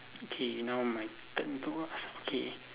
okay now my turn to ask okay